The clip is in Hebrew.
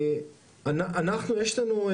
אנחנו יש לנו,